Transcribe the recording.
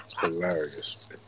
Hilarious